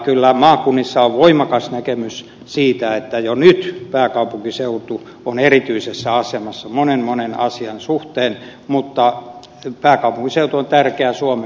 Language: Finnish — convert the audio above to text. kyllä maakunnissa on voimakas näkemys siitä että jo nyt pääkaupunkiseutu on erityisessä asemassa monen monen asian suhteen mutta pääkaupunkiseutu on tärkeä suomen menestymiselle kilpailukyvylle